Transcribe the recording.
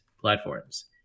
platforms